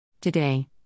Today